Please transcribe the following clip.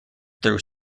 through